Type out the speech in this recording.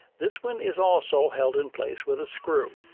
this one is also held in place with a screw.